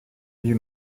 wie